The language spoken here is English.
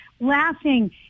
laughing